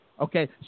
Okay